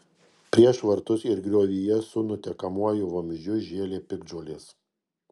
prieš vartus ir griovyje su nutekamuoju vamzdžiu žėlė piktžolės